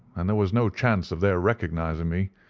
and there was no chance of their recognizing me.